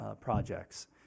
projects